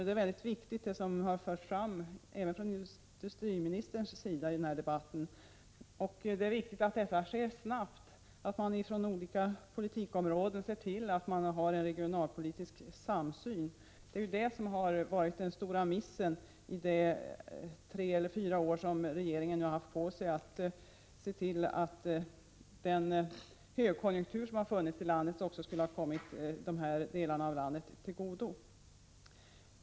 Det är mycket viktigt att man, som har framförts även från industriministerns sida i denna debatt, på olika politikområden snabbt ser till att få en regionalpolitisk samsyn. Det är ju det som har varit den stora missen under de tre eller fyra år som regeringen nu har haft på sig att se till att den högkonjunktur som funnits i landet också kommit de här delarna av landet till godo.